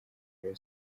rayon